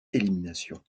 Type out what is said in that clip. élimination